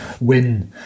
win